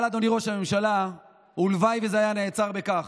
אבל אדוני ראש הממשלה, הלוואי וזה היה נעצר בכך.